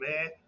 man